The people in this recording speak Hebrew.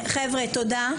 חבר'ה, תודה.